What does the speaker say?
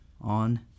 on